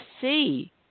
see